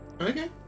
Okay